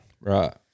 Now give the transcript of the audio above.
Right